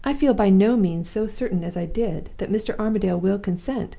i feel by no means so certain as i did that mr. armadale will consent,